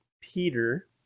peter